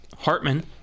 Hartman